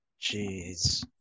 Jeez